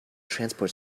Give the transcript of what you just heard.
transport